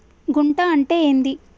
గుంట అంటే ఏంది?